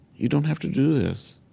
you don't have to do this,